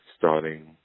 starting